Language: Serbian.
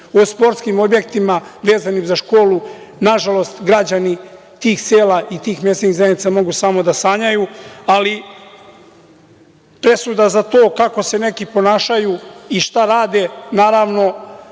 O sportskim objektima, vezanim za školu, nažalost građani tih sela i tih mesnih zajednica mogu samo da sanjaju, ali presuda za to kako se neki ponašaju i šta rade, naravno